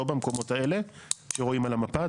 לא במקומות האלה שרואים על המפה,